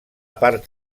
part